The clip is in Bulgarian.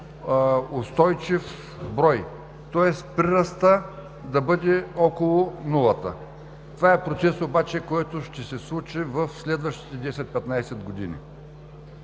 устойчив брой, тоест прирастът да бъде около нулата. Това е процес обаче, който ще се случи в следващите 10 – 15 години.